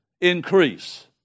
increase